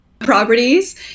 properties